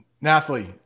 Nathalie